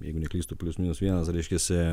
jeigu neklystu plius minus vienasreiškiasi